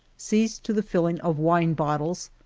sees to the filling of wine-bottles,